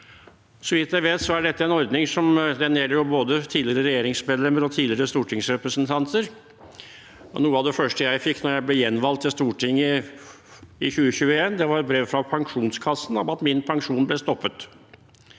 Så vidt jeg vet, er dette en ordning som gjelder både tidligere regjeringsmedlemmer og tidligere stortingsrepresentanter. Noe av det første jeg fikk da jeg ble gjenvalgt til Stortinget i 2021, var et brev fra pensjonskassen om at min pensjon ble stoppet.